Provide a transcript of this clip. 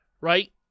right